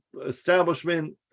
establishment